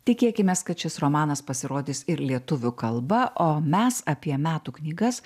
tikėkimės kad šis romanas pasirodys ir lietuvių kalba o mes apie metų knygas